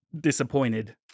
disappointed